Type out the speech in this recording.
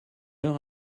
heure